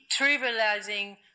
trivializing